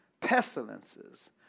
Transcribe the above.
pestilences